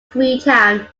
freetown